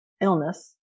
illness